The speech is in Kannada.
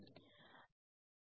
ನಮ್ಮಲ್ಲಿ x